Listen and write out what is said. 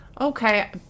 Okay